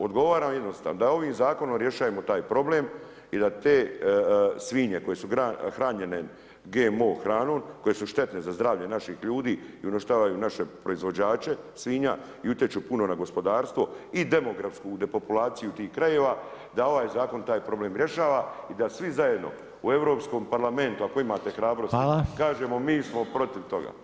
Odgovaram jednostavno, da ovim Zakonom rješajemo taj problem i da te svinje koje su hranjene GMO hranom, koje su štetne za zdravlje naših ljudi i uništavaju naše proizvođače svinja i utječu puno na gospodarstvu i demografsku depopulaciju tih krajeva, da ova Zakon taj problem rješava i da svi zajedno u europskom parlamentu, ako imate hrabrosti, kažemo mi smo protiv toga.